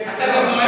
אדוני.